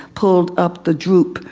pulled up the droop.